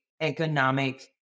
economic